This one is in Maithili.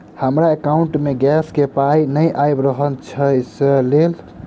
हमरा एकाउंट मे गैस केँ पाई नै आबि रहल छी सँ लेल?